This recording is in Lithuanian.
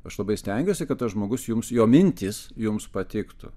aš labai stengiuosi kad tas žmogus jums jo mintys jums patiktų